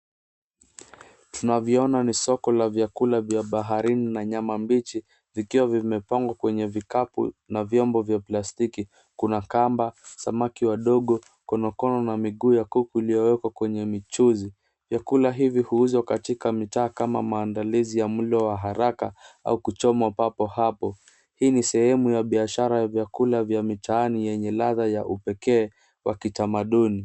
Tunavyoona ni soko la vyakula vya baharini na nyama mbichi vikiwa vimepangwa kwenye vikapu na vyombo vya plastiki kuna kamba, samaki wadogo, konokono na miguu ya kuku iliyowekwa kwenye michuzi. Vyakula hivi huuzwa katika mitaa kama maandalizi ya mlo wa haraka au kuchomwa papo hapo. Hii ni sehemu ya biashara ya vyakula vya mitaani yenye ladha ya upekee wa kitamaduni.